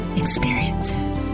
experiences